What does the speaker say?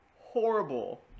horrible